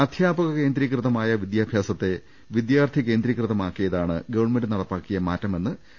അധ്യാപക കേന്ദ്രീകൃതമായ വിദ്യാഭ്യാസത്തെ വിദ്യാർഥി കേന്ദ്രീ കൃതമാക്കിയതാണ് ഗവൺമെന്റ് നടപ്പാക്കിയ മാറ്റമെന്ന് മന്ത്രി പ്രൊഫ